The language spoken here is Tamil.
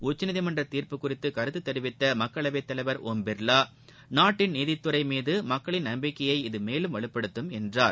உச்சநீதிமன்ற தீர்ப்பு குறித்து கருத்து தெரிவித்த மக்களவைத் தலைவர் ஒம் பிர்வா நாட்டின் நீதித்துறை மீது மக்களின் நம்பிக்கையை இது மேலும் வலுப்படுத்தும் என்றார்